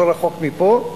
לא רחוק מפה: